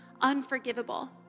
unforgivable